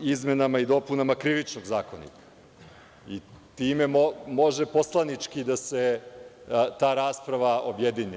izmenama i dopunama Krivičnog zakonika i time može poslanički da se ta rasprava objedini.